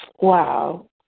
Wow